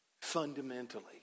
Fundamentally